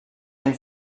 han